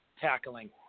tackling